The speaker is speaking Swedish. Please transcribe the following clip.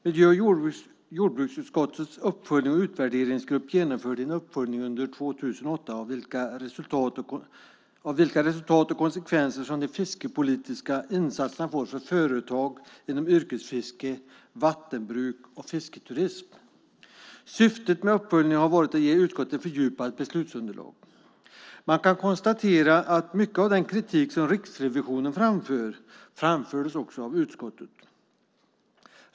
Miljö och jordbruksutskottets uppföljnings och utvärderingsgrupp genomförde år 2008 en uppföljning av vilka resultat och konsekvenser de fiskepolitiska insatserna får för företag inom yrkesfiske, vattenbruk och fisketurism. Syftet med uppföljningen har varit att ge utskottet ett fördjupat beslutsunderlag. Man kan konstatera att mycket av den kritik som Riksrevisionen framför också har framförts av utskottet.